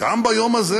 גם ביום הזה